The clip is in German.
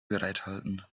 bereithalten